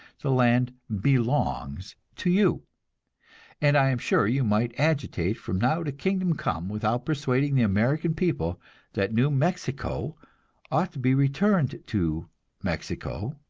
the land belongs to you and i am sure you might agitate from now to kingdom come without persuading the american people that new mexico ought to be returned to mexico,